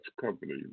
company